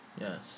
Yes